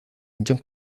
junction